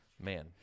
man